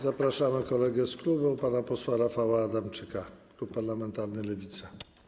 Zapraszamy kolegę z klubu, pana posła Rafała Adamczyka, klub parlamentarny Lewica.